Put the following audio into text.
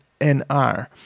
NR